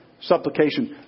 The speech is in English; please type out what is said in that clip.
supplication